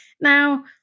Now